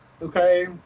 Okay